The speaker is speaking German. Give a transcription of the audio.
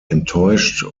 enttäuscht